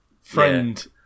friend